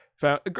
found